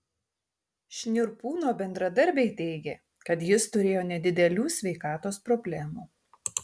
šnirpūno bendradarbiai teigė kad jis turėjo nedidelių sveikatos problemų